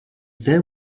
there